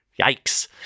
Yikes